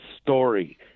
story